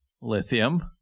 Lithium